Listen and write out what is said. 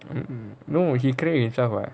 no he kill himself [what]